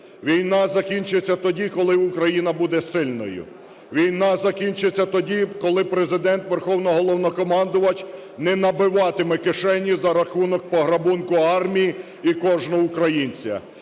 Війна закінчиться тоді, коли Україна буде сильною. Війна закінчиться тоді, коли Президент - Верховноголовнокомандувач не набиватиме кишені за рахунок пограбунку армії і кожного українця.